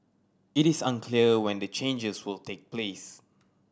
it is unclear when the changes will take place